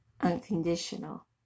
unconditional